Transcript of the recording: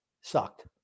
Sucked